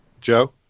Joe